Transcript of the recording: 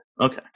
Okay